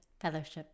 Fellowship